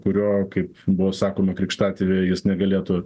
kurio kaip buvo sakoma krikštatėviu jis negalėtų